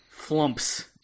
flumps